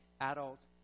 adult